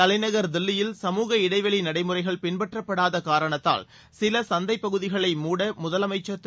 தலைநகர் தில்லியில் சமூக இடைவெளி நடைமுறைகள் பின்பற்றப்படாத காரணத்தால் சில சந்தைப் பகுதிகளை மூட முதலமைச்சர் திரு